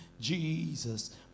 Jesus